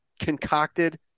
concocted